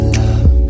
love